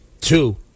two